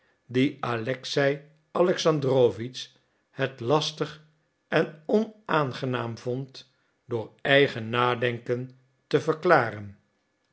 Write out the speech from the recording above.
die alexei alexandrowitsch het lastig en onaangenaam vond door eigen nadenken te verklaren